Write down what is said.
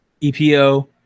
EPO